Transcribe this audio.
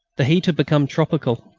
the heat had become tropical.